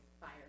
fire